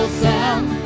sound